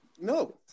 No